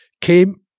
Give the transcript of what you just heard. came